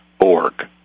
org